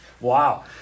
Wow